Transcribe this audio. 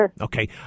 Okay